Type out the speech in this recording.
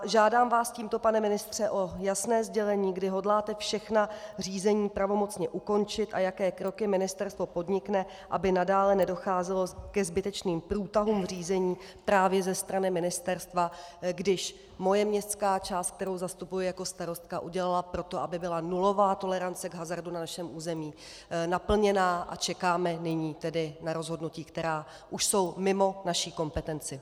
Žádám vás tímto, pane ministře, o jasné sdělení, kdy hodláte všechna řízení pravomocně ukončit a jaké kroky ministerstvo podnikne, aby nadále nedocházelo ke zbytečným průtahům v řízení právě ze strany ministerstva, když moje městská část, kterou zastupuji jako starostka, udělala pro to, aby byla nulová tolerance k hazardu na našem území naplněna a čekáme nyní na rozhodnutí, která už jsou mimo naši kompetenci.